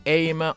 aim